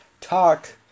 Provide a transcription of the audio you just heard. Talk